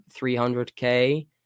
300k